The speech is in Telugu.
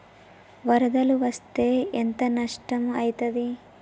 వరదలు వస్తే ఎంత నష్టం ఐతది?